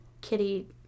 kitty